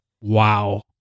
wow